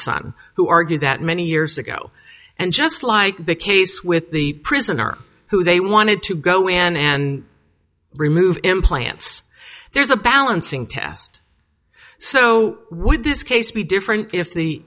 son who argued that many years ago and just like the case with the prisoner who they wanted to go in and remove implants there's a balancing test so would this case be different if the